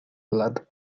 led